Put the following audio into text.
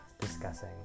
discussing